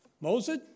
Moses